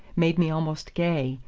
made me almost gay.